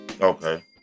Okay